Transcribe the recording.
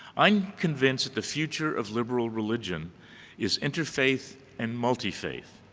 i'm convinced that the future of liberal religion is interfaith and multi faith.